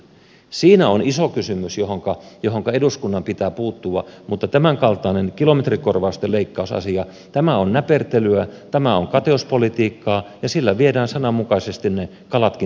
siinä on iso kysymys johonka eduskunnan pitää puuttua mutta tämänkaltainen kilometrikorvausten leikkausasia on näpertelyä tämä on kateuspolitiikkaa ja sillä viedään sananmukaisesti ne kalatkin sieltä vedestä